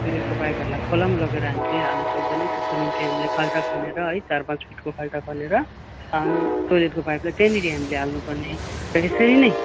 टोइलेटको पाइपहरूलाई खोलामा लगेर हामीले हाल्नु सक्दैनौँ त्यसको निम्ति हामीले खाल्टो खनेर है चार पाँच फिटको खाल्टो खनेर टोइलेटको पाइपलाई त्यहाँनिर हामीले हाल्नुपर्ने र यसरी नै